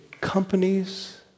companies